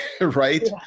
right